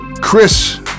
Chris